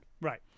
Right